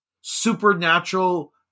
supernatural